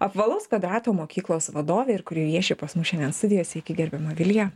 apvalaus kvadrato mokyklos vadovė ir kuri vieši pas mus šiandien studijoj sveiki gerbiama vilija